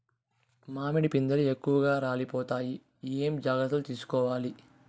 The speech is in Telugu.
మామిడి పిందెలు ఎక్కువగా రాలిపోతాయి ఏమేం జాగ్రత్తలు తీసుకోవల్ల?